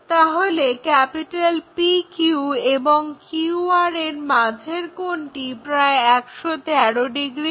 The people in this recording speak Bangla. তাহলে PQ এবং QR এর মাঝের কোণটি প্রায় 113 ডিগ্রী হয়